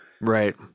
right